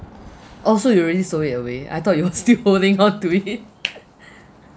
oh you already sold it away I thought you were still holding on to it